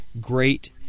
great